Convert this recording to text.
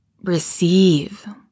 receive